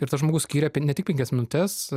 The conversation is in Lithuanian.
ir tas žmogus skiria ne tik penkias minutes